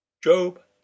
Job